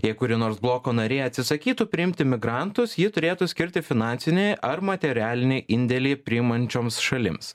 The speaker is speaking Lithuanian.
jei kuri nors bloko narė atsisakytų priimti migrantus jie turėtų skirti finansinį ar materialinį indėlį priimančioms šalims